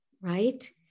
right